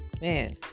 man